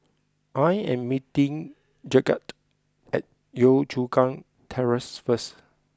I am meeting Gidget at Yio Chu Kang Terrace first